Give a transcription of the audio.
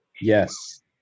Yes